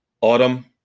Autumn